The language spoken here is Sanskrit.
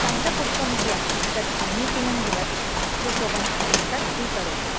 कन्दपुष्पम् इति अस्ति तत् समीचीनं भवति सुशोभनार्थं तत् स्वीकरोतु